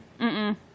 mm-mm